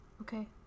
Okay